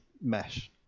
mesh